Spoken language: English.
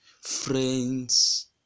Friends